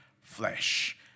flesh